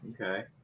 Okay